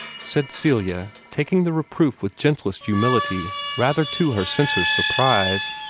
said celia, taking the reproof with gentlest humility, rather to her censor's surprise.